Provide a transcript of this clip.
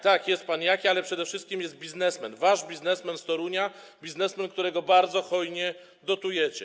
Tak, jest pan Jaki, ale przede wszystkim jest biznesmen, wasz biznesmen z Torunia, biznesmen, którego bardzo hojnie dotujecie.